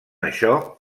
això